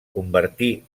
convertí